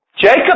Jacob